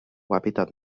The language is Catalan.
hàbitat